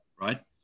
right